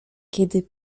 kiedy